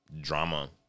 Drama